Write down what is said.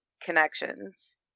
connections